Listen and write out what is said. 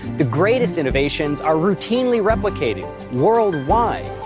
the greatest innovations are routinely replicated worldwide,